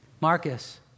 Marcus